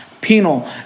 Penal